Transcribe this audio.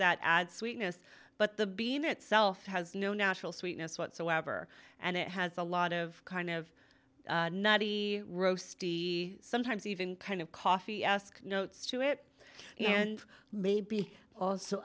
that add sweetness but the bean itself has no natural sweetness whatsoever and it has a lot of kind of nutty sometimes even kind of coffee ask notes to it and maybe also